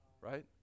right